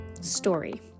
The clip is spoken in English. story